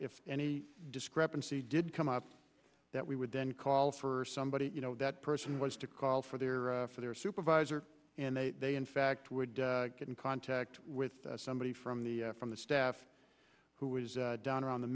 if any discrepancy did come up that we would then call for somebody you know that person was to call for their for their supervisor and they infect would get in contact with somebody from the from the staff who was down around the